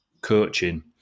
coaching